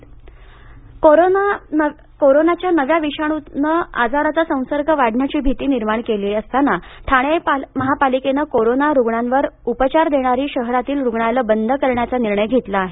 Thane corona कोरोनाच्या नव्या विषाणूनं आजाराचा संसर्ग वाढण्याची भीती निर्माण केली असताना ठाणे महापालिकेनं कोरोना रुग्णांवर उपचार देणारी शहरातील रुग्णालय बंद करण्याचा निर्णय घेतला आहे